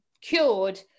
cured